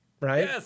right